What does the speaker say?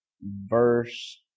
verse